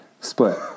split